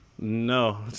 No